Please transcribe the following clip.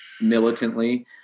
militantly